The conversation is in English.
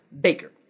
Baker